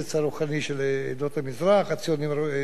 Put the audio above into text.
"הציונים רצו בשואה",